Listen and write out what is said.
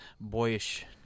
boyish